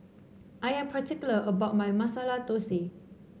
I am particular about my Masala Dosa